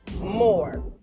more